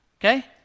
okay